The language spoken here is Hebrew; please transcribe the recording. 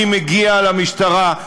מי מגיע למשטרה?